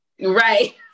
right